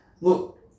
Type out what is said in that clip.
Look